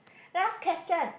last question